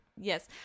Yes